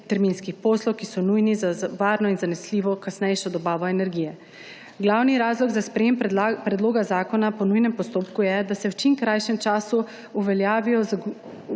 terminskih poslov, ki so nujni za varno in zanesljivo kasnejšo dobavo energije. Glavni razlog za sprejetje predloga zakona po nujnem postopku je, da se v čim krajšem času zagotovi